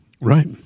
Right